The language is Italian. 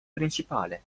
principale